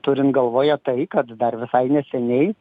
turint galvoje tai kad dar visai neseniai